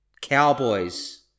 Cowboys